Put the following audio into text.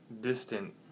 Distant